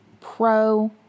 Pro